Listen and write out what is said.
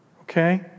okay